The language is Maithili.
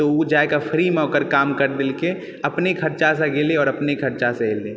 तऽ ओ जायकऽ फ्रीमे ओकर काम कर देलकय अपने खर्चा सन गेलय आओर अपने खर्चासँ एलय